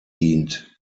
dient